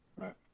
Right